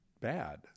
bad